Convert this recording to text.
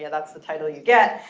yeah that's the title you get.